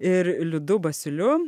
ir liudu basiuliu